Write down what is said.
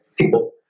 people